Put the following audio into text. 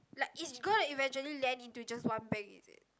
like is gonna eventually land into just one bank is it